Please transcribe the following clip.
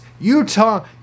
Utah